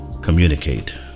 Communicate